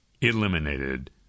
eliminated